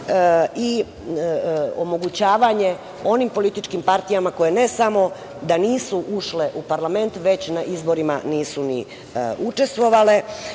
i omogućavanje onim političkim partijama koje ne samo da nisu ušle u parlament, već na izborima nisu ni učestvovale,